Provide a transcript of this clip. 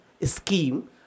scheme